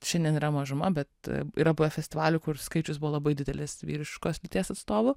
šiandien yra mažuma bet yra buvę festivalių kur skaičius buvo labai didelis vyriškos lyties atstovų